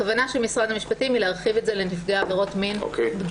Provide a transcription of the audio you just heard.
הכוונה של משרד המשפטים היא להרחיב את זה לנפגעי עבירות מין בגירים.